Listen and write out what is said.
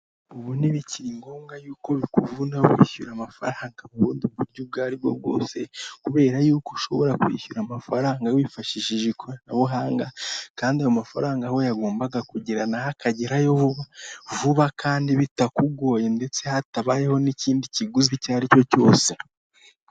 Ubu ntibikiri ngombwa y'uko bikuvuna wishyura amafaranga mu bundi buryo ubwo ari bwo bwose kubera y'uko ushobora kwishyura amafaranga wifashishije ikoranabuhanga kandi amafaranga aho yagombaga kugera akagerayo vuba vuba kandi bitakugoye ndetse hatabayeho n'ikindi kiguzi icyo ari cyo cyose.